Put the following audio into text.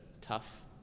tough